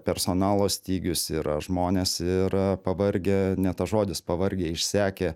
personalo stygius yra žmonės ir pavargę ne tas žodis pavargę išsekę